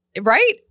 right